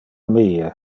mie